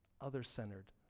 other-centered